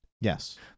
Yes